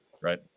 right